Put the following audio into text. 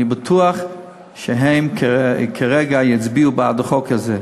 אני בטוח שהם כרגע יצביעו בעד החוק הזה.